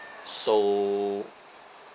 so